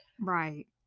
Right